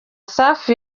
safi